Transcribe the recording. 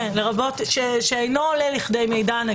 שאינו עולה לכדי מידע.